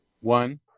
One